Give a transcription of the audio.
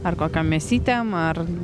ar kokiom mėsytėm ar